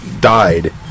died